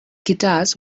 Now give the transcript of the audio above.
guitars